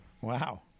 Wow